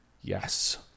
Yes